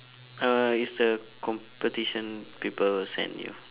uh it's the competition people sentd you